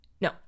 No